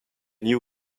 new